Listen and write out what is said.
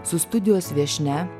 su studijos viešnia